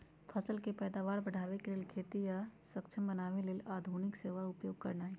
फसल के पैदावार बढ़ाबे लेल आ खेती के सक्षम बनावे लेल आधुनिक सेवा उपयोग करनाइ